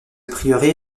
prieuré